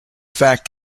fact